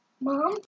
mom